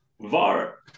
VAR